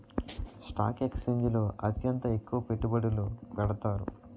stock ఎక్స్చేంజిల్లో అత్యంత ఎక్కువ పెట్టుబడులు పెడతారు